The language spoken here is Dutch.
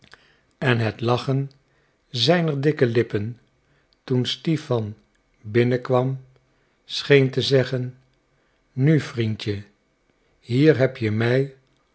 en het lachen zijner dikke lippen toen stipan binnen kwam scheen te zeggen nu vriendje hier heb je mij